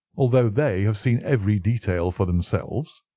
although they have seen every detail for themselves?